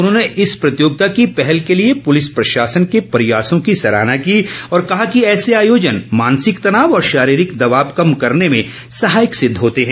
उन्होंने इस प्रतियोगिता की पहल के लिए पुलिस प्रशासन के प्रयासों की सराहना की और कहा कि ऐसे आयोजन मानसिक तनाव और शारीरिक दबाव कम करने में सहायक सिद्ध होते हैं